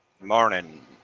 Morning